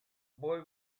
boy